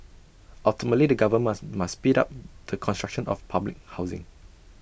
ultimately the govern must must speed up the construction of public housing